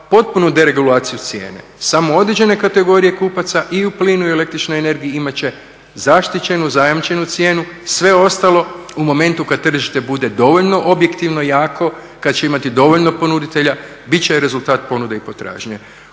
potpunu deregulaciju cijene. Samo određene kategorije kupaca i u plinu i u električnoj energiji imati će zaštićenu, zajamčenu cijenu, sve ostalo u momentu kada tržište bude dovoljno objektivno i jako, kada će imati dovoljno ponuditelja biti će i rezultat ponude i potražnje.